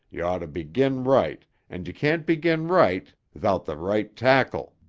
you ought to begin right and you can't begin right thout the right tackle.